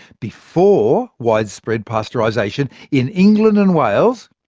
before widespread pasteurisation, in england and wales,